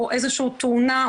או איזשהו תאונה,